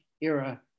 era